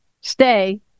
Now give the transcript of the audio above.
stay